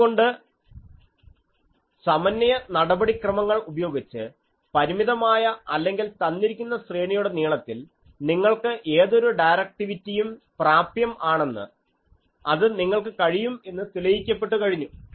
അതുകൊണ്ട് സമന്വയ നടപടിക്രമങ്ങൾ ഉപയോഗിച്ച് പരിമിതമായ അല്ലെങ്കിൽ തന്നിരിക്കുന്ന ശ്രേണിയുടെ നീളത്തിൽ നിങ്ങൾക്ക് ഏതൊരു ഡയറക്ടിവിറ്റിയും പ്രാപ്യം ആണെന്ന് അത് നിങ്ങൾക്ക് കഴിയും എന്ന് തെളിയിക്കപ്പെട്ടു കഴിഞ്ഞു